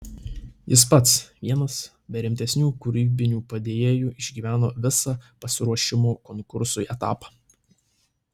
jis pats vienas be rimtesnių kūrybinių padėjėjų išgyveno visą pasiruošimo konkursui etapą